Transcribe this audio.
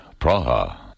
Praha